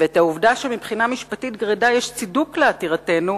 ואת העובדה שמבחינה משפטית גרידא יש צידוק לעתירתנו,